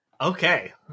Okay